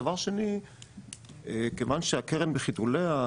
דבר שני כיוון שהקרן בחיתוליה,